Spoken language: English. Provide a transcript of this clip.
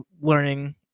learning